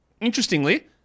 interestingly